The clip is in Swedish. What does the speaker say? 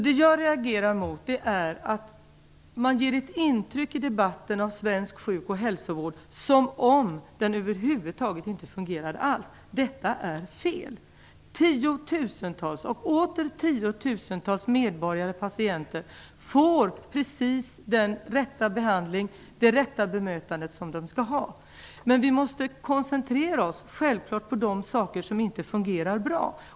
Det jag reagerar mot är att man i debatten om svensk hälso och sjukvård ger ett intryck av att den inte fungerar alls. Detta är fel. Tiotusentals och åter tiotusentals medborgare/patienter får precis den rätta behandling och det rätta bemötande som de skall ha. Vi måste självklart koncentrera oss på de saker som inte fungerar bra.